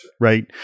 Right